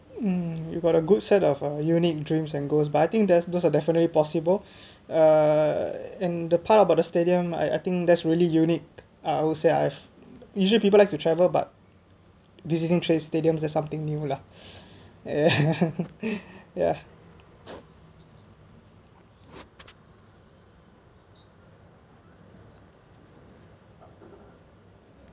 um you've got a good set of a unique dreams and goals but I think there's those are definitely possible uh in the part about the stadium I I think that's really unique I would say I've usually people like to travel but visiting traced stadiums is something new lah ya